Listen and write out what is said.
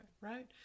right